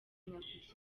nyakwigendera